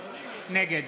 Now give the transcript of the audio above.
נגד